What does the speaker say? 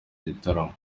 gitaramo